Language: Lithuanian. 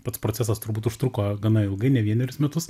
pats procesas turbūt užtruko gana ilgai ne vienerius metus